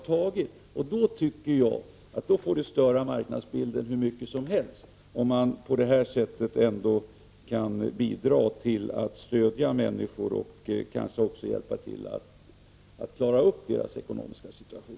Jag tycker att regleringen får störa marknadsbilden hur mycket som helst, om man på det sättet kan bidra till att stödja människor och kanske även hjälpa till att klara upp deras ekonomiska situation.